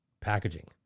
packaging